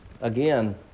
Again